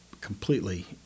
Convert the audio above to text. completely